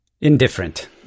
Indifferent